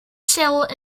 settled